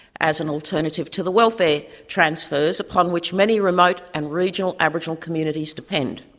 as an alternative to the welfare transfers upon which many remote and regional aboriginal communities depend.